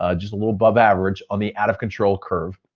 ah just a little above average on the out-of-control curve.